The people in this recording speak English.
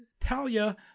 Talia